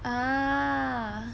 ah